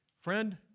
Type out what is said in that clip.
Friend